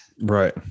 Right